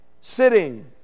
sitting